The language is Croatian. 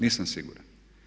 Nisam siguran.